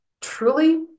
Truly